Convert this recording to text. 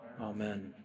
Amen